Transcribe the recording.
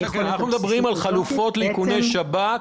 --- אנחנו מדברים על חלופות לאיכוני השב"כ,